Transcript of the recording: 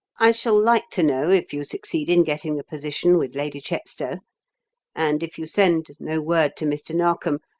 i shall like to know if you succeed in getting the position with lady chepstow and if you send no word to mr. narkom,